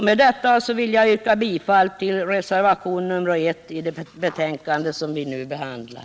Med detta vill jag yrka bifall till reservationen 1 i det betänkande som vi nu behandlar.